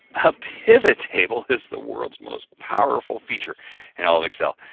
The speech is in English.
a pivot table is the world's most powerful feature in all of excel.